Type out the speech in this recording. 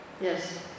Yes